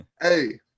hey